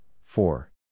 four